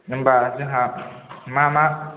होम्बा जोंहा मा मा